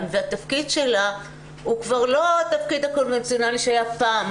והתפקיד שלה הוא כבר לא התפקיד הקונבנציונלי שהיה פעם,